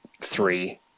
three